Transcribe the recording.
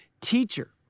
teacher